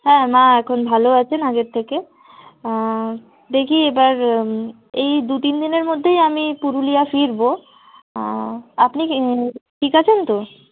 হ্যাঁ মা এখন ভালো আছেন আগের থেকে দেখি এবার এই দু তিন দিনের মধ্যেই আমি পুরুলিয়া ফিরবো আর আপনি ঠিক আছেন তো